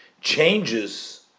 changes